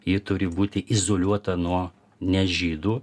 ji turi būti izoliuota nuo ne žydų